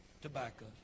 tobacco